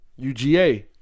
UGA